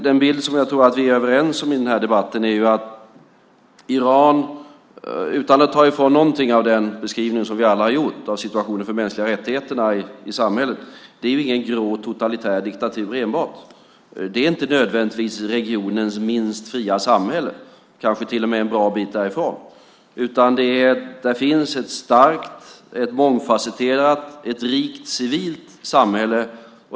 Den bild som jag tror att vi är överens om i den här debatten är att Iran - utan att ta bort någonting av den beskrivning som vi alla har gjort av situationen för mänskliga rättigheter i samhället - inte är en grå, totalitär diktatur enbart. Det är inte nödvändigtvis regionens minst fria samhälle, kanske till och med en bra bit därifrån. Där finns ett starkt, mångfasetterat och rikt civilt samhälle.